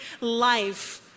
life